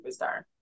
superstar